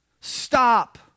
Stop